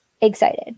excited